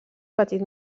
petit